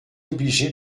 obligé